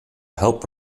help